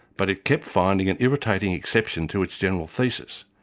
but it kept finding an irritating exception to its general thesis.